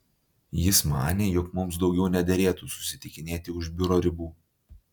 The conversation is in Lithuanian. jis manė jog mums daugiau nederėtų susitikinėti už biuro ribų